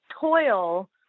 toil